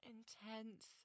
Intense